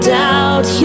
doubt